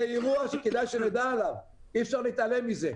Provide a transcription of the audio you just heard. זה אירוע שכדאי שנדע עליו כי אי-אפשר להתעלם מזה.